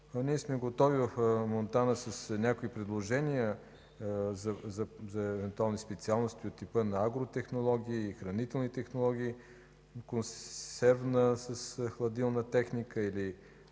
Ние сме готови в Монтана с някои предложения за евентуални специалности от типа на агротехнологии, хранителни технологии, консервна с хладилна техника или